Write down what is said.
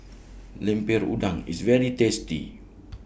Lemper Udang IS very tasty